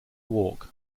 walk